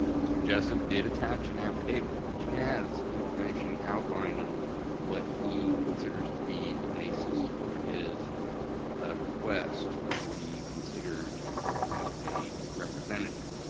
mr. jessup did attach an affidavit which has information outlining what he considers to be the basis for his request to be considered ah you know a representative,